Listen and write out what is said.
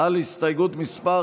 על הסתייגות מס'